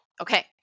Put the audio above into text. Okay